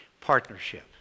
Partnership